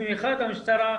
במיוחד המשטרה,